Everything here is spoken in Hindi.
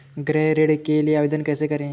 गृह ऋण के लिए आवेदन कैसे करें?